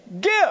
give